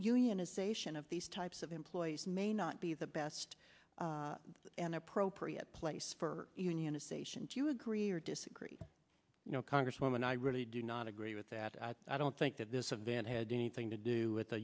unionization of these types of employees may not be the best an appropriate place for unionization do you agree or disagree you know congresswoman i really do not agree with that i don't think that this event had anything to do with